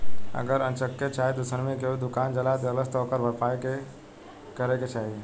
अगर अन्चक्के चाहे दुश्मनी मे केहू दुकान जला देलस त ओकर भरपाई के करे के चाही